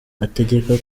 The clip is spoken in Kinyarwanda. ategeka